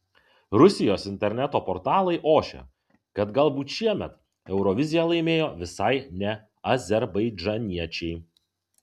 rusijos interneto portalai ošia kad galbūt šiemet euroviziją laimėjo visai ne azerbaidžaniečiai